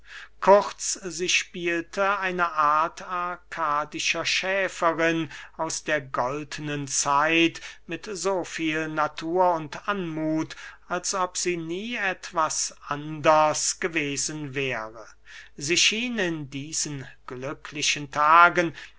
kurz sie spielte eine art arkadischer schäferin aus der goldnen zeit mit so viel natur und anmuth als ob sie nie etwas anders gewesen wäre sie schien in diesen glücklichen tagen